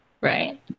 right